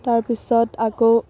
তাৰপিছত আকৌ